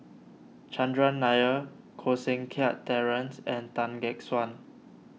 Chandran Nair Koh Seng Kiat Terence and Tan Gek Suan